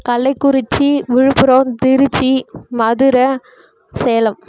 Kallakurichi Villupuram Tiruchi Madurai Salem